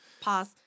Pause